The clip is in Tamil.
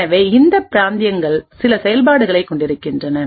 எனவே இந்த பிராந்தியங்கள் சில செயல்பாடுகளைக் கொண்டிருக்கின்றன